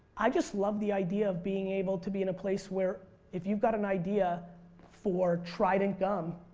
i just love the idea of being able to be in a place where if you got an idea for trident gum,